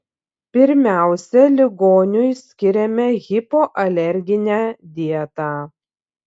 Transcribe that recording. pirmiausia ligoniui skiriame hipoalerginę dietą